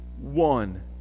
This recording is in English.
one